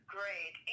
Great